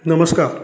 नमस्कार